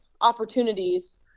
opportunities